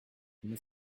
une